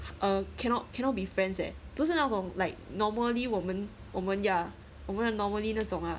err cannot cannot be friends leh 不是那种 like normally 我们我们 ya 我们 normally 那种 lah